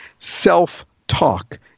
Self-talk